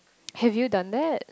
have you done that